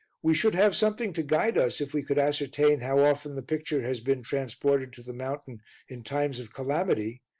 we should have something to guide us if we could ascertain how often the picture has been transported to the mountain in times of calamity,